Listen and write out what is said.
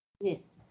Yes